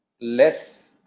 less